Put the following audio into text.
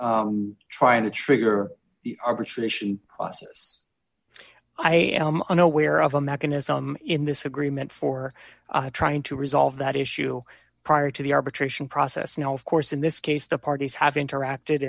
to trying to trigger the arbitration process i am unaware of a mechanism in this agreement for trying to resolve that issue prior to the arbitration process now of course in this case the parties have interacted